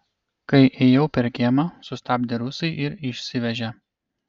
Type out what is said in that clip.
kai ėjau per kiemą sustabdė rusai ir išsivežė